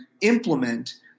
implement